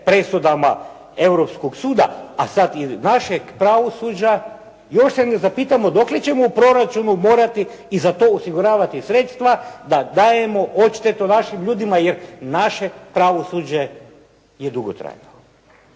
presudama Europskog suda a sad i našeg pravosuđa još se ne zapitamo dokle ćemo u proračunu morati i za to osiguravati sredstva da dajemo odštetu našim ljudima jer naše pravosuđe je dugotrajno.